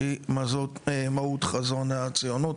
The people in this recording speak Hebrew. שהיא מהות חזון הציונות.